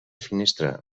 finestra